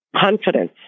confidence